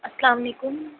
السّلام علیکم